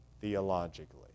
theologically